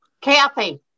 Kathy